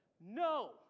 No